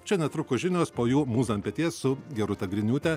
čia netrukus žinos po jų mūza ant peties su gerūta griniūte